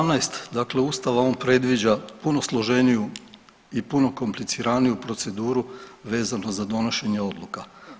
Čl. 17. dakle ustava, on predviđa puno složeniju i puno kompliciraniju proceduru vezano za donošenje odluka.